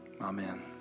Amen